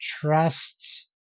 trust